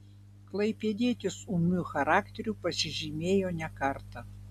klaipėdietis ūmiu charakteriu pasižymėjo ne kartą